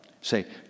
Say